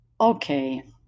Okay